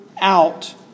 out